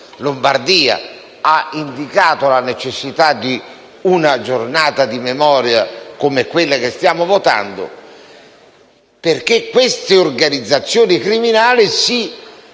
cui vivo, ha indicato la necessità di una giornata di memoria come quella che stiamo votando. Queste organizzazioni criminali si